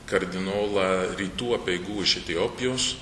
kardinolą rytų apeigų iš etiopijos